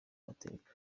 mateka